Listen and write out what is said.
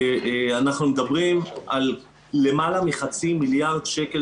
אנחנו מדברים על למעלה מחצי מיליארד שקלים